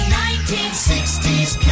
1960s